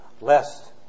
Lest